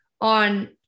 on